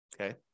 Okay